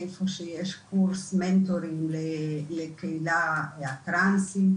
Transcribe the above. איפה שיש קורס מנטורינג לקהילה הטרנסית,